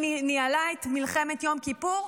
שניהלה את מלחמת יום כיפור,